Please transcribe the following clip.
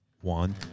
One